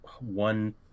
one